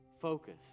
focus